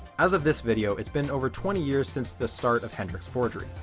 as of this video it's been over twenty years since the start of hendrik's forgery.